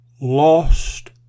lost